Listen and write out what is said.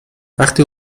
وقتی